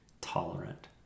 tolerant